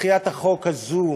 דחיית החוק הזאת